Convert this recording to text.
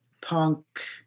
punk